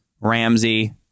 Ramsey